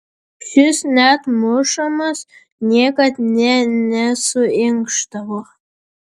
šis net mušamas niekad nė nesuinkšdavo